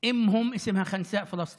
כמו שיש קטעים מביכים של ראשי